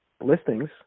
listings